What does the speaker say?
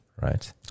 right